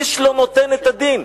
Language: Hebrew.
איש לא נותן את הדין.